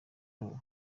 d’or